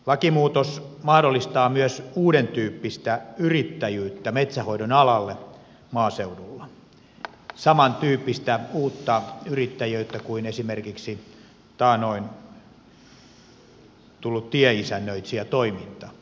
lakimuutos mahdollistaa myös uudentyyppistä yrittäjyyttä metsänhoidon alalle maaseudulla samantyyppistä uutta yrittäjyyttä kuin esimerkiksi taannoin tullut tieisännöitsijätoiminta